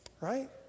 Right